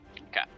Okay